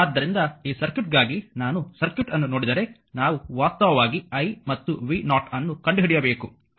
ಆದ್ದರಿಂದ ಈ ಸರ್ಕ್ಯೂಟ್ಗಾಗಿ ನಾನು ಸರ್ಕ್ಯೂಟ್ ಅನ್ನು ನೋಡಿದರೆ ನಾವು ವಾಸ್ತವವಾಗಿ i ಮತ್ತು v0 ಅನ್ನು ಕಂಡುಹಿಡಿಯಬೇಕು